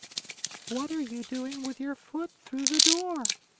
what are you doing with your foot through the door?